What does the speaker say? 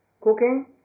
cooking